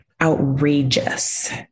outrageous